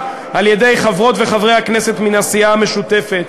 על-ידי חברות וחברי הכנסת מן הסיעה המשותפת,